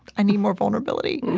i need more vulnerability.